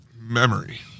memory